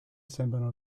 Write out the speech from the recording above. sembrano